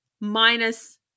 minus